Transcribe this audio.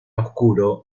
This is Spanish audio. oscuro